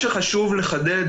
חשוב לחדד,